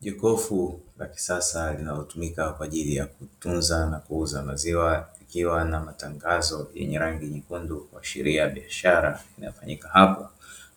Jokofu la kisasa linalotumika kwa ajili ya kutunza maziwa likiwa na matangazo yenye rangi nyekundu kuasharia biashara inayofanyika hapo.